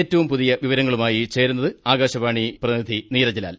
ഏറ്റവും പുതിയ വിവരങ്ങളുമായി ചേരുന്നത് ആകാശവാണി പ്രതി നിധി നീരജ് ലാൽ